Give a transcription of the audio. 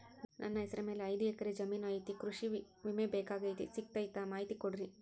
ನನ್ನ ಹೆಸರ ಮ್ಯಾಲೆ ಐದು ಎಕರೆ ಜಮೇನು ಐತಿ ಕೃಷಿ ವಿಮೆ ಬೇಕಾಗೈತಿ ಸಿಗ್ತೈತಾ ಮಾಹಿತಿ ಕೊಡ್ರಿ?